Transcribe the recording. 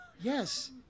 Yes